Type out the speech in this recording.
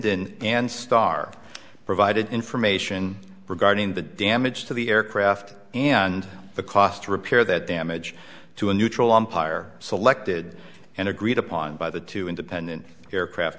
then and star provided information regarding the damage to the aircraft and the cost to repair that damage to a neutral empire selected and agreed upon by the two independent aircraft